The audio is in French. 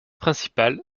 principal